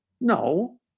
No